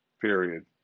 period